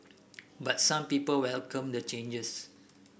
but some people welcome the changes